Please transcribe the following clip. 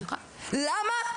למה?